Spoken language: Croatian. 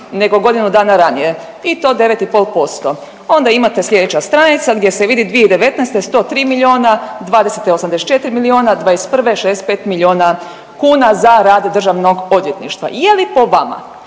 nego godinu dana ranije i to 9,5%. Onda imate slijedeća stranica gdje se vidi 2019. 103 miliona, '20. 84 miliona, '21. 65 miliona kuna za rad državnog odvjetništva. Je li po vama